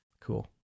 Cool